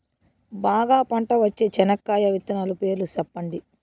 బాగా పంట వచ్చే చెనక్కాయ విత్తనాలు పేర్లు సెప్పండి?